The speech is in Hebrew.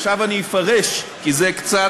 עכשיו אני אפרש, כי זה קצת